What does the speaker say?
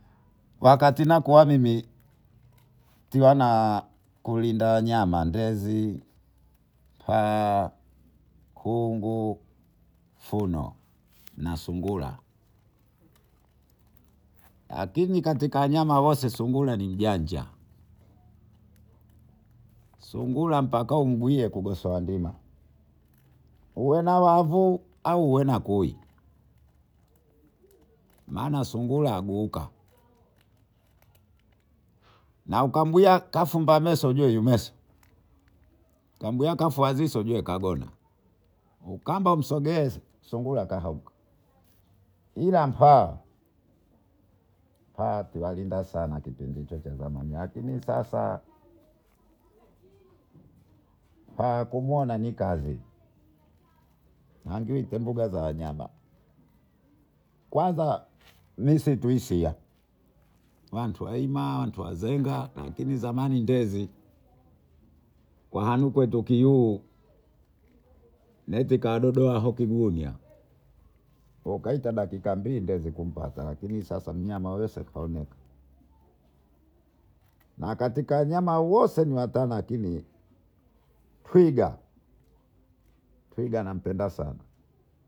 wakati nakua mimi tiwana na kulinda wanyama, ndezi, faa, nkungu, funo na sungura, lakini katika wanyama wose, sungura ni mjanja, Sungura mpaka umgwie nkugosoa ndima, uwe na wavu, au uwe na kui, maan asungura aguuka, na ukambwia kafumba meso ujue yu meso kambua afua ziso ujue kagona ukamba umsogee sungura kahauka, ila mpaa, mpaa timbhalinda sana kipindi hicho cha zamani, lakini sasa mpaa kumuona ni kazi andi uite ku mbuga za wanyama, kwanza misitu ishia watu waima watu wazenga, lakini zamani ndezi kwa hanu kwetu kiuu nezi kahdodoa hao kiunya ukaita dakika mbili ndezi kumpata lakini sasa mnyana wese kaoneka, na katika wanyama wose ni watana lakini twiga nampenda sana